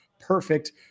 perfect